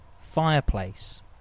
fireplace